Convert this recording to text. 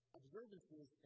observances